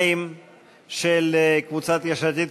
2 של קבוצת יש עתיד,